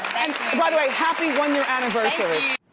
by the way, happy one year anniversary.